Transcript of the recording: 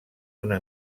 una